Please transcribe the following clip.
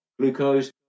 glucose